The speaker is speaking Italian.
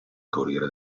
corriere